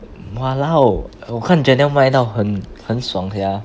walao 我看 gernelle 卖到很很爽 [sial]